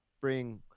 bring